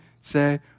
say